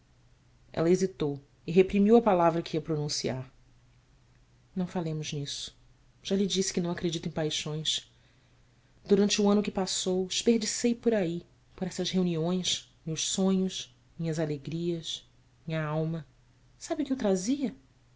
ela hesitou e reprimiu a palavra que ia pronunciar ão falemos nisso já lhe disse que não acredito em paixões durante o ano que passou esperdicei por aí por essas reuniões meus sonhos minhas alegrias minha alma sabe o que eu trazia